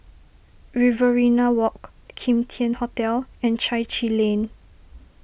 Riverina Walk Kim Tian Hotel and Chai Chee Lane